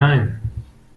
nein